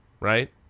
right